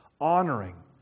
honoring